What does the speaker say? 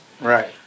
Right